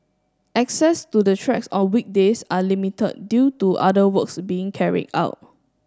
access to the tracks on weekdays are limited due to other works being carried out